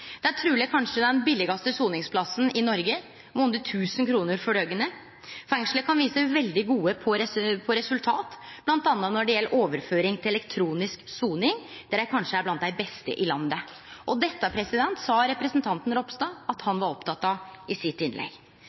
Det er truleg kanskje den billigaste soningsplassen i Noreg, med under 1 000 kr for døgnet. Fengslet kan vise til veldig gode resultat, bl.a. når det gjeld overføring til elektronisk soning, der dei kanskje er blant dei beste i landet. Dette sa representanten Ropstad i innlegget sitt at han var oppteken av. I